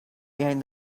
behind